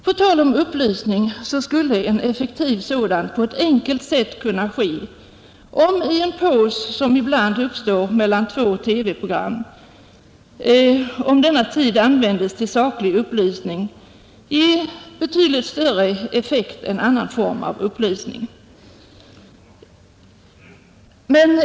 På tal om upplysning skulle en effektiv sådan på ett enkelt sätt kunna ges, om den paus som ibland uppstår mellan två TV-program användes till saklig information. Det skulle säkerligen ha större effekt än annan form av upplysning.